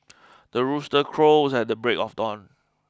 the rooster crows at the break of dawn